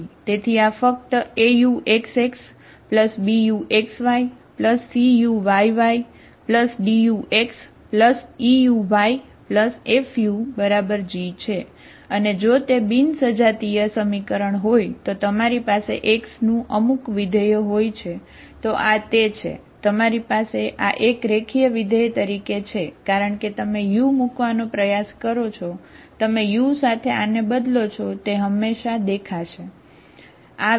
તેથી આ ફક્ત AuxxBuxy Cuyy Dux Euy FuG છે અને જો તે બિન સજાતીય તરીકે છે કારણ કે તમે u મૂકવાનો પ્રયાસ કરો છો તમે u સાથે આને બદલો છો તે હંમેશા દેખાશે બરાબર